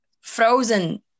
frozen